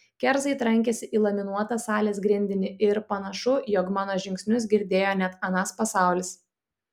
kerzai trankėsi į laminuotą salės grindinį ir panašu jog mano žingsnius girdėjo net anas pasaulis